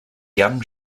young